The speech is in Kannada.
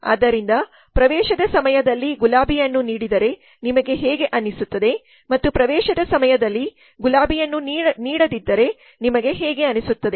ಆದ್ದರಿಂದ ಪ್ರವೇಶದ ಸಮಯದಲ್ಲಿ ಗುಲಾಬಿಯನ್ನು ನೀಡಿದರೆ ನಿಮಗೆ ಹೇಗೆ ಅನಿಸುತ್ತದೆ ಮತ್ತು ಪ್ರವೇಶದ ಸಮಯದಲ್ಲಿ ಗುಲಾಬಿಯನ್ನು ನೀಡದಿದ್ದರೆ ನಮಗೆ ಹೇಗೆ ಅನಿಸುತ್ತದೆ